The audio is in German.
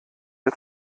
der